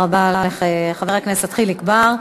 תודה רבה לחבר הכנסת חיליק בר.